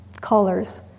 colors